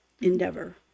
endeavor